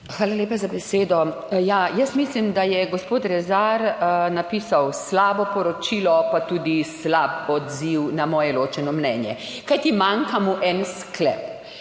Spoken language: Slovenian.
Hvala lepa za besedo. Ja, jaz mislim, da je gospod Rezar napisal slabo poročilo, pa tudi slab odziv na moje ločeno mnenje, kajti manjka mu en sklep: